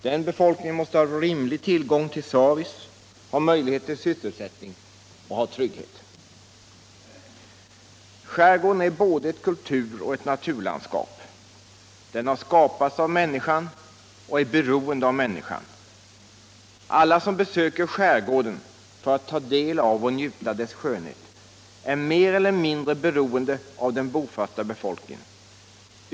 Den befolkningen måste ha rimlig tillgång till service, ha möjligheter till sysselsättning och ha trygghet. Skärgården är både ett kulturoch ett naturlandskap. Den har skapats av människan och är beroende av människan. Alla som besöker skärgården för att ta del av och njuta dess skönhet är mer eller mindre beroende av den bofasta befolkningen.